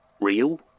real